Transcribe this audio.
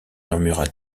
murmura